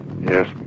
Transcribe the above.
yes